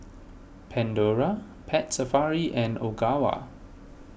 Pandora Pet Safari and Ogawa